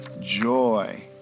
joy